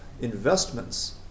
investments